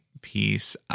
piece